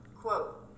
quote